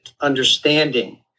understanding